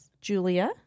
julia